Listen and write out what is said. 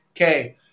Okay